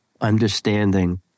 Understanding